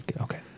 Okay